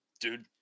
Dude